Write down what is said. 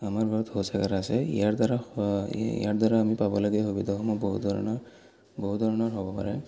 আমাৰ ঘৰত শৌচাগাৰ আছে ইয়াৰ দ্বাৰা ইয়াৰ দ্বাৰা আমি পাবলগীয়া সুবিধাসমূহ বহু ধৰণৰ বহু ধৰণৰ হ'ব পাৰে